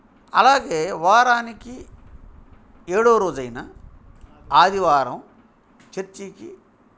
అలాగే వారానికి ఏడవ రోజైన ఆదివారం చర్చీకి